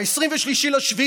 ב-23 ביולי,